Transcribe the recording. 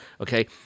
okay